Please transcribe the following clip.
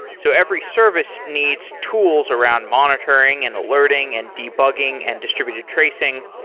so every service needs tools around monitoring and alerting and debugging and distributed tracing,